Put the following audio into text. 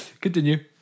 Continue